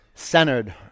centered